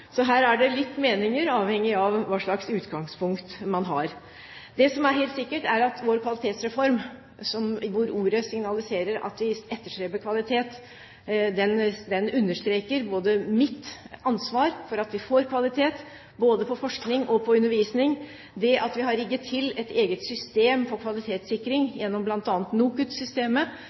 så godt for tiden, synes målingene er vanskelige og at de har sine svakheter. Her er det litt ulike meninger avhengig av hva slags utgangspunkt man har. Det som er helt sikkert, er at vår kvalitetsreform, hvor ordet signaliserer at vi etterstreber kvalitet, understreker mitt ansvar for at vi får kvalitet både på forskning og undervisning. Det at vi har rigget til et eget system for kvalitetssikring gjennom